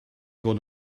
fod